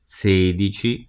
sedici